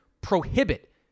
prohibit